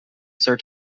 sir